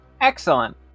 Excellent